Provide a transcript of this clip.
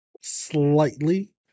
slightly